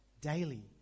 daily